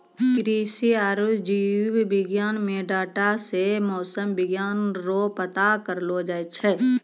कृषि आरु जीव विज्ञान मे डाटा से मौसम विज्ञान रो पता करलो जाय छै